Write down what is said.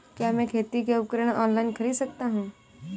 क्या मैं खेती के उपकरण ऑनलाइन खरीद सकता हूँ?